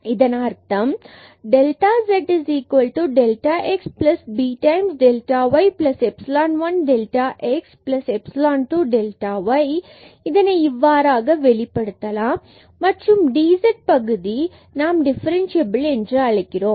இதன் அர்த்தம் delta delta z delta delta x b delta delta y epsilon epsilon 1 delta delta x epsilon epsilon 2 delta delta y இதனை இவ்வாறு வெளிப்படுத்தலாம் மற்றும் இந்த dz பகுதி நாம் டிபரன்சியபில் என்று அழைக்கிறோம்